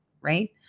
Right